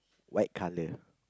white colour